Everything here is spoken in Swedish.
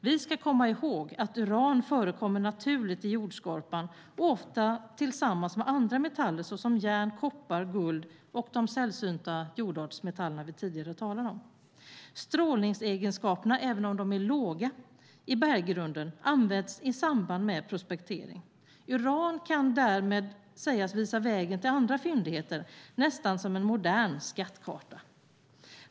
Vi ska komma ihåg att uran förekommer naturligt i jordskorpan och ofta tillsammans med andra metaller såsom järn, koppar, guld och de sällsynta jordartsmetallerna som jag tidigare talade om. Strålningsegenskaperna i berggrunden används, även om de är låga, i samband med prospektering. Uran kan därmed sägas visa vägen till andra fyndigheter, nästan som en modern skattkarta.